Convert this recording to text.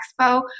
Expo